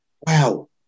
wow